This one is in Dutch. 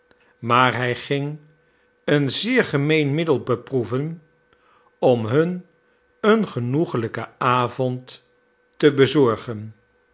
maar hij ging een zeer gemeen middel beproeven om hun een genoeglijken avond te bezorgen